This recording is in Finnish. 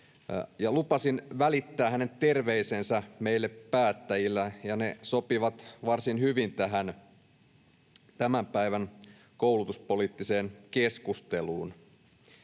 Lupasin välittää hänen terveisensä meille päättäjille, ja ne sopivat varsin hyvin tähän tämän päivän koulutuspoliittiseen keskusteluun: